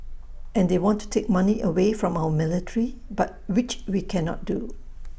and they want to take money away from our military but which we cannot do